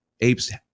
apes